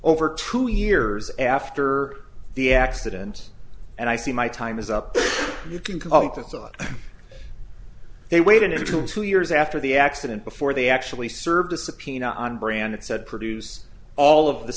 over two years after the accident and i see my time is up you can call it that so they waited until two years after the accident before they actually served a subpoena on brand said produce all of the